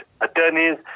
attorneys